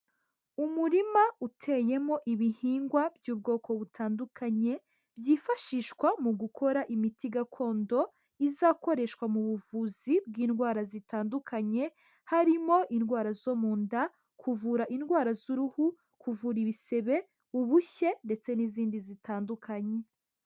Umurima uteyemo ibihingwa by'ubwoko butandukanye byifashishwa mu gukora imiti gakondo izakoreshwa mu buvuzi bw'indwara zitandukanye harimo indwara zo mu nda kuvura indwara z'uruhu kuvura ibisebe ubushye ndetse n'izindi zitandukanye.